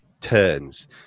turns